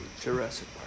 Jurassic